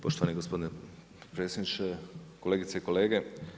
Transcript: Poštovani gospodine potpredsjedniče, kolegice i kolege.